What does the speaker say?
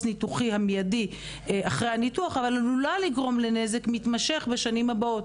ניתוחי המידי אחרי הניתוח אבל עלולה לגרום לנזק מתמשך בשנים הבאות.